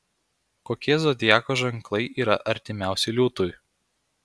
kokie zodiako ženklai yra artimiausi liūtui